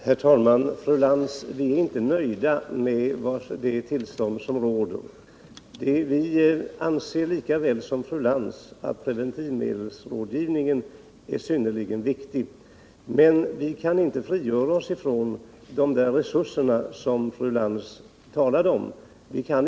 Herr talman! Vi är inte nöjda med det tillstånd som råder, fru Lantz. Vi anser lika väl som fru Lantz att preventivmedelsrådgivningen är synnerligen viktig. Men vi kan inte som fru Lantz frigöra oss från problemet med resurserna som fru Lantz talade om.